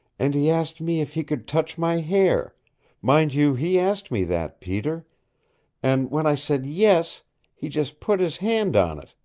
and he asked me if he could touch my hair mind you he asked me that, peter and when i said yes he just put his hand on it,